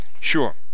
Sure